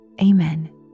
amen